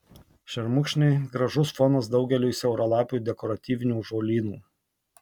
šermukšniai gražus fonas daugeliui siauralapių dekoratyvinių žolynų